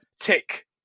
tick